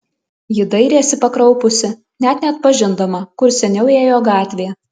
ji dairėsi pakraupusi net neatpažindama kur seniau ėjo gatvė